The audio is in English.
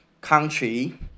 country